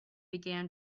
began